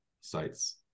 sites